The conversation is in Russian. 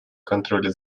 контроля